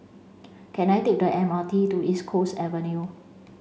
can I take the M R T to East Coast Avenue